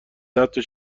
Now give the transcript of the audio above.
صدتا